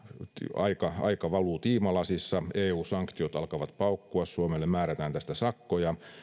aika aika valuu tiimalasissa eu sanktiot alkavat paukkua suomelle määrätään tästä sakkoja